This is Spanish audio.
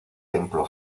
templo